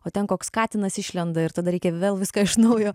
o ten koks katinas išlenda ir tada reikia vėl viską iš naujo